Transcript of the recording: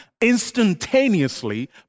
instantaneously